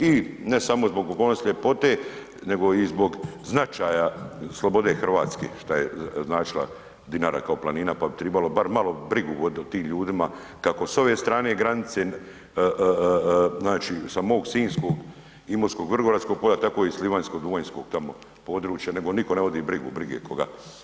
I ne samo zbog okolnosti ljepote nego i zbog značaja slobode Hrvatske šta je značila Dinara kao planina, pa bi tribalo bar malo brigu voditi o tim ljudima kako s ove strane granice, znači sa mog Sinjskog, Imotskog, Vrgoračkog polja tako iz Livanjskog, Duvanjskog tamo područja, nego nitko ne vodi brigu, brige koga.